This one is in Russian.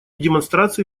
демонстрации